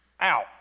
out